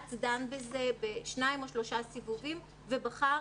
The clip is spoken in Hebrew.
בג"ץ דן בזה בשניים או שלושה סבבים ובחר